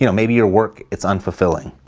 you know maybe your work, it's unfulfilling,